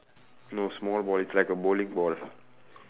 no small ball it's like a bowling ball